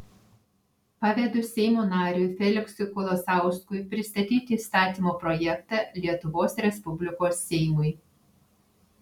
pavedu seimo nariui feliksui kolosauskui pristatyti įstatymo projektą lietuvos respublikos seimui